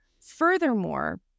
Furthermore